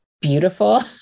beautiful